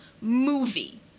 movie